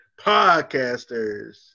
Podcasters